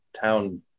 town